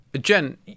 Jen